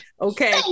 Okay